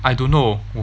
I don't know